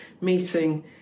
meeting